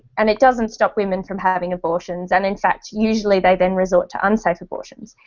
and it doesn't stop women from having abortions and in fact usually they then resort to unsafe abortions.